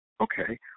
Okay